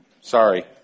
Sorry